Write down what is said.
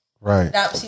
Right